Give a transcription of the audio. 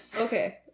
Okay